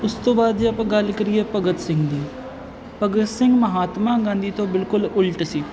ਉਸ ਤੋਂ ਬਾਅਦ ਜੇ ਆਪਾਂ ਗੱਲ ਕਰੀਏ ਭਗਤ ਸਿੰਘ ਦੀ ਭਗਤ ਸਿੰਘ ਮਹਾਤਮਾ ਗਾਂਧੀ ਤੋਂ ਬਿਲਕੁਲ ਉਲਟ ਸੀ